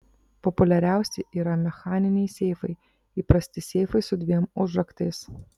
populiariausi yra mechaniniai seifai įprasti seifai su dviem užraktais